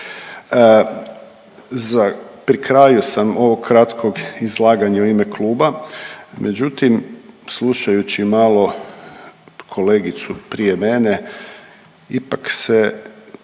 pri kraju sam ovog kratkog izlaganja u ime kluba, međutim, slušajući malo kolegicu prije mene, ipak se